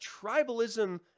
tribalism